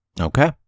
Okay